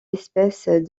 espèces